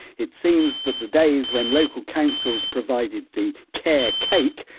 it seems that the days when local councils provided the care cake,